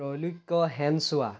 Trailokya Senchowa